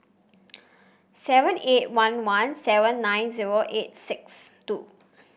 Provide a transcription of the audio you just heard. seven eight one one seven nine zero eight six two